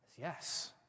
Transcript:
yes